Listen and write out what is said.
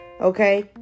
okay